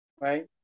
right